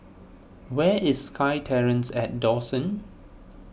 where is SkyTerrace at Dawson